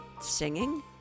singing